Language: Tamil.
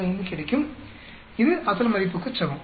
45 கிடைக்கும் இது அசல் மதிப்புக்கு சமம்